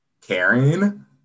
caring